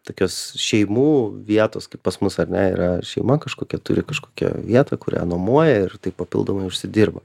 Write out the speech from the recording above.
tokios šeimų vietos kaip pas mus ar ne yra šeima kažkokia turi kažkokią vietą kurią nuomoja ir taip papildomai užsidirba